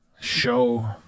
show